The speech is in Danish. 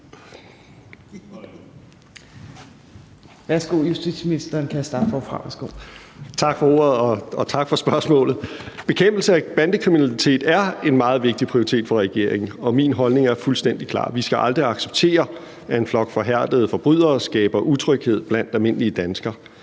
15:08 Justitsministeren (Nick Hækkerup): Tak for ordet, og tak for spørgsmålet. Bekæmpelse af bandekriminalitet er en meget vigtig prioritet for regeringen, og min holdning er fuldstændig klar: Vi skal aldrig acceptere, at en flok forhærdede forbrydere skaber utryghed blandt almindelige danskere.